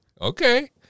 Okay